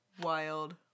wild